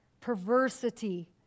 perversity